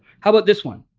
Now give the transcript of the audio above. how about this one?